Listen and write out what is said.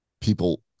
people